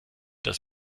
das